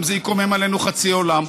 גם זה יקומם עלינו חצי עולם.